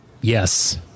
yes